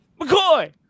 McCoy